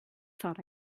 thought